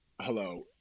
Hello